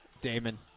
Damon